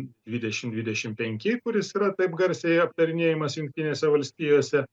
dvidešim dvidešim penki kuris yra taip garsiai aptarinėjamas jungtinėse valstijose